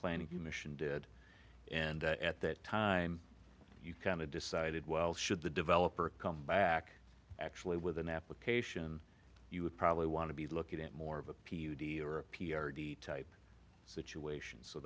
planning commission did and at that time you kind of decided well should the developer come back actually with an application you would probably want to be looking at more of a p u g or a p r type situation so